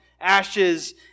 ashes